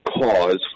cause